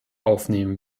aufnehmen